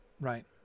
right